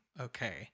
okay